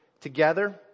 together